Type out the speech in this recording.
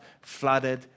flooded